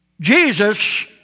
Jesus